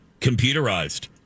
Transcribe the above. Computerized